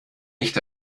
nicht